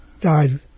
died